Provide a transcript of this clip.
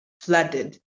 flooded